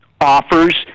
offers